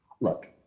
Look